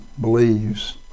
believes